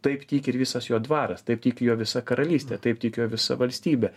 taip tiki ir visas jo dvaras taip tiki jo visa karalystė taip tikėjo visa valstybė